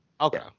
Okay